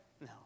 No